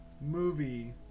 movie